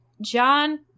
John